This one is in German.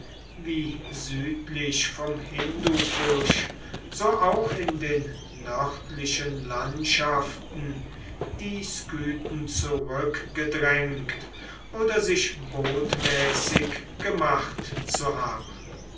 wie südlich vom hindukusch so auch in den nördlichen landschaften die skythen zurückgedrängt oder sich botmäßig gemacht zu haben